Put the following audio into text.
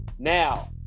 Now